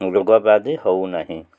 ରୋଗ ବ୍ୟାଧି ହଉ ନାହିଁ